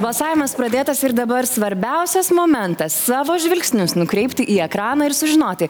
balsavimas pradėtas ir dabar svarbiausias momentas savo žvilgsnius nukreipti į ekraną ir sužinoti